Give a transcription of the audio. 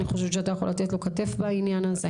אני חושבת שאתה יכול לתת לו כתף בעניין הזה.